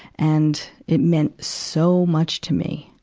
and it meant so much to me,